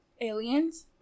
Aliens